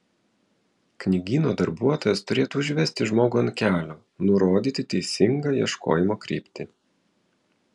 knygyno darbuotojas turėtų užvesti žmogų ant kelio nurodyti teisingą ieškojimo kryptį